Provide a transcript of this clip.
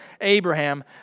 Abraham